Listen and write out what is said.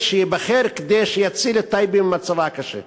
שייבחר כדי שיציל את טייבה ממצבה הקשה?